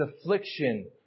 affliction